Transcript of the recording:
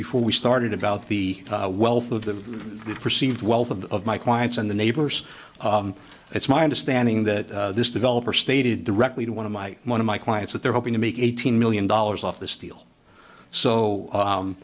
before we started about the wealth of the perceived wealth of my clients and the neighbors it's my understanding that this developer stated the directly to one of my one of my clients that they're hoping to make eighteen million dollars off this deal